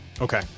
Okay